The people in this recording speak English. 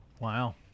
Wow